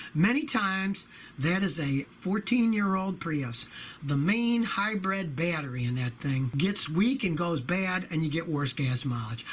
many times that is a fourteen year old prius the main hybrid battery in that thing gets weak and goes bad and you get worse gas mileage,